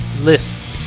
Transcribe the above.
list